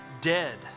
dead